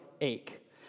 ache